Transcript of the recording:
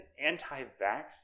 anti-vax